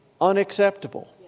unacceptable